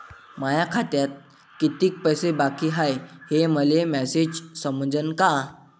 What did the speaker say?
माया खात्यात कितीक पैसे बाकी हाय हे मले मॅसेजन समजनं का?